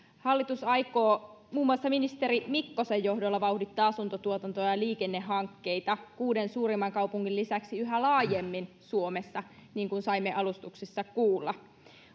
hallitus aikoo muun muassa ministeri mikkosen johdolla vauhdittaa asuntotuotantoa ja liikennehankkeita kuuden suurimman kaupungin lisäksi yhä laajemmin suomessa niin kuin saimme alustuksissa kuulla